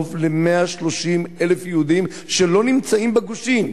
קרוב ל-130,000 יהודים שלא נמצאים בגושים,